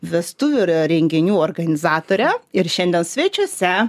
vestuvių renginių organizatorė ir šiandien svečiuose